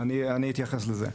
אני אתייחס לזה.